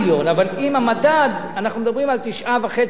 אבל עם המדד אנחנו מדברים על 9.5 מיליון,